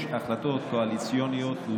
יש החלטות קואליציוניות.